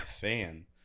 fan